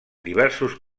diversos